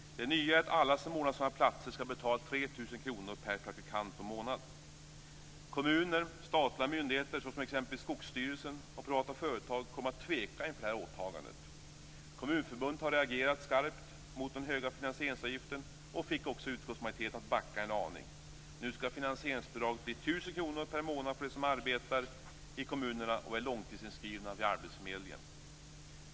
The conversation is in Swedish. Det nya är att alla som ordnar sådana platser skall betala 3 000 kronor per praktikant och månad. Kommuner, statliga myndigheter såsom exempelvis Skogsstyrelsen och privata företag kommer att tveka inför detta åtagande. Kommunförbundet har reagerat skarpt mot den höga finansieringsavgiften och fick också utskottsmajoriteten att backa en aning. Nu ska finansieringsbidraget bli 1 000 kr per månad för dem som arbetar i kommunerna och för dem som är långtidsinskrivna vid arbetsförmedlingen.